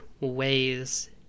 ways